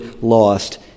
lost